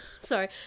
Sorry